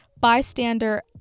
bystander